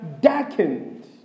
darkened